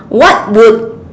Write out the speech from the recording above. what would